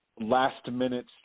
last-minute